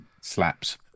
slaps